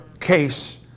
case